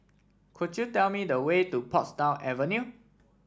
could you tell me the way to Portsdown Avenue